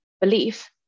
belief